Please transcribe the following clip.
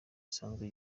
isanzwe